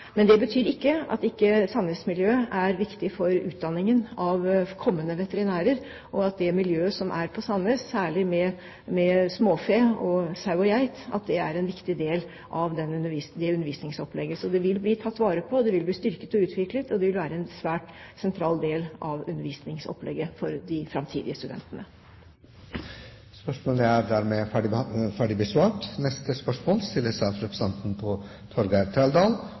Men det betyr ikke at ikke Sandnes-miljøet er viktig for utdanningen av kommende veterinærer, og at det miljøet som er på Sandnes, særlig med småfe, sau og geit, er en viktig del av det undervisningsopplegget. Så det vil bli tatt vare på. Det vil bli styrket og utviklet, og det vil være en svært sentral del av undervisningsopplegget for de framtidige studentene. Spørsmål 10 er